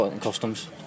customs